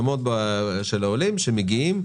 מתוך העודפים יש כ-20 מיליון שקלים,